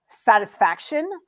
satisfaction